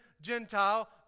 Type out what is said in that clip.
Gentile